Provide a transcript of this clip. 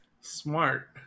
Smart